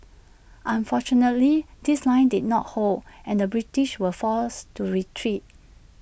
unfortunately this line did not hold and the British were forced to retreat